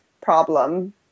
problem